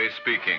speaking